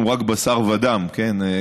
אנחנו רק בשר ודם, כן?